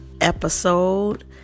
episode